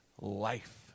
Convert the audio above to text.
life